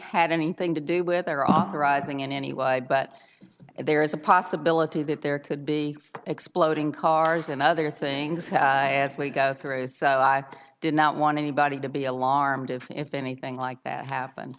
had anything to do with their authorizing in any way but there is a possibility that there could be exploding cars and other things as we go through so i did not want anybody to be a long arm to if anything like that happened